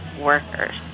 workers